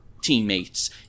teammates